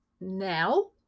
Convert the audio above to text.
now